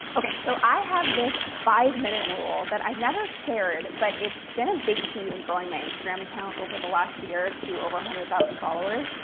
okay. so i have this five minute rule that i've never shared, but it's been a big key in growing my instagram account over the last year to over a hundred thousand followers.